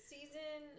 Season